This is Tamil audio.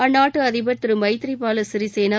அந்நாட்டு அதிபர் திரு மைத்ரி பால சிறிசேனா